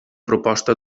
proposta